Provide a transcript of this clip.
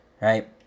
right